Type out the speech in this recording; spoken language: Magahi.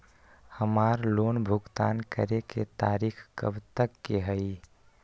हमार लोन भुगतान करे के तारीख कब तक के हई?